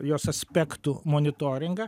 jos aspektų monitoringą